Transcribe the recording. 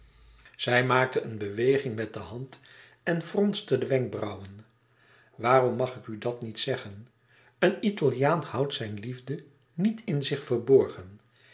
zij maakte een beweging met de hand en fronste de wenkbrauwen waarom mag ik dat niet zeggen een italiaan houdt zijn liefde niet in zich verborgen